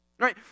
right